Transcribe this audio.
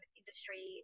industry